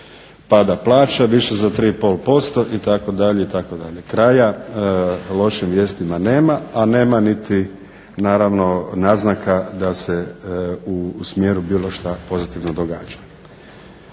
pada plaća više za 3,% itd., itd.. Kraja lošim vijestima nema a nema niti naravno naznaka da se u smjeru bilo šta pozitivno događa.